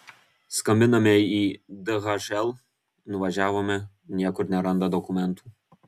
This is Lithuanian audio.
skambiname į dhl nuvažiavome niekur neranda dokumentų